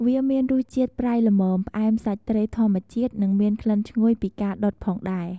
វាមានរសជាតិប្រៃល្មម ផ្អែមសាច់ត្រីធម្មជាតិ និងមានក្លិនឈ្ងុយពីការដុតផងដែរ។